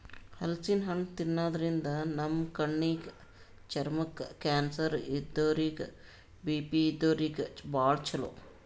ಹಲಸಿನ್ ಹಣ್ಣ್ ತಿನ್ನಾದ್ರಿನ್ದ ನಮ್ ಕಣ್ಣಿಗ್, ಚರ್ಮಕ್ಕ್, ಕ್ಯಾನ್ಸರ್ ಇದ್ದೋರಿಗ್ ಬಿ.ಪಿ ಇದ್ದೋರಿಗ್ ಭಾಳ್ ಛಲೋ